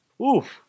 oof